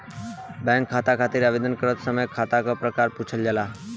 bank खाता खातिर आवेदन करत समय खाता क प्रकार पूछल जाला